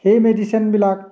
সেই মেডিচিনবিলাক